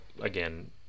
again